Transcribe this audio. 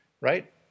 Right